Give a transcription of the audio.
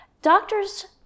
Doctors